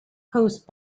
post